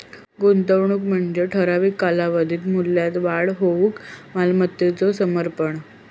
गुंतवणूक म्हणजे ठराविक कालावधीत मूल्यात वाढ होऊक मालमत्तेचो समर्पण